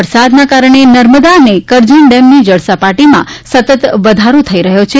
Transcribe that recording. વરસાદના કારણે નર્મદા અને કરજણ ડેમની જળ સપાટીમાં સતત વધારો થઈ રહ્યો છે